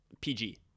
PG